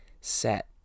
set